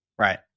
Right